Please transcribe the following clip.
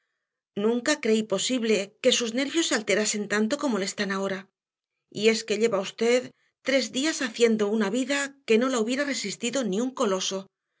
nunca creí posible que sus nervios se alterasen tanto como lo están ahora y es que lleva usted tres días haciendo una vida que no la hubiera resistido ni un coloso